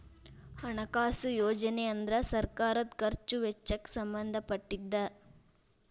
ಹಣಕಾಸು ಯೋಜನೆ ಅಂದ್ರ ಸರ್ಕಾರದ್ ಖರ್ಚ್ ವೆಚ್ಚಕ್ಕ್ ಸಂಬಂಧ ಪಟ್ಟಿದ್ದ